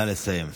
נא לסיים.